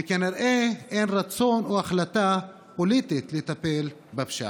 וכנראה אין רצון, או החלטה פוליטית לטפל בפשיעה.